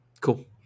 Cool